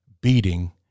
beating